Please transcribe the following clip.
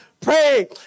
pray